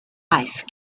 ice